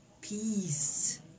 peace